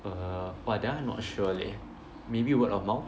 err !wah! that one I not sure leh maybe word of mouth